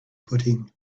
footing